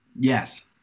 Yes